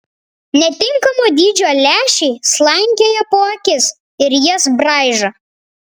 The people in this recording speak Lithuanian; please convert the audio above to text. netinkamo dydžio lęšiai slankioja po akis ir jas braižo